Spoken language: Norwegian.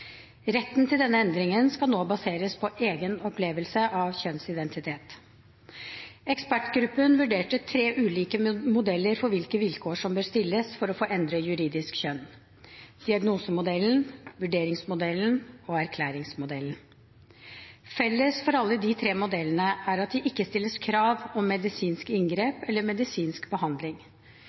Retten til denne endringen skal nå baseres på egen opplevelse av kjønnsidentitet. Ekspertgruppen vurderte tre ulike modeller for hvilke vilkår som bør stilles for å få endre juridisk kjønn: diagnosemodellen, vurderingsmodellen og erklæringsmodellen. Felles for alle de tre modellene er at det ikke stilles krav om medisinske inngrep eller medisinsk behandling.